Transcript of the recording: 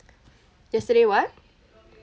yesterday what